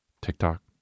TikTok